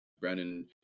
Brandon